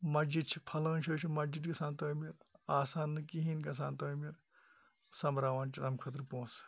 مَسجِد چھِ پھلٲنۍ جایہِ چھِ مَسجِد گَژھان تعمیٖر آسان نہٕ کِہیٖنۍ گَژھان تعمیٖرسۄبمراوان چھِ تمہِ خٲطرٕ پونٛسہٕ